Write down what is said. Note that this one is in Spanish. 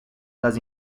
las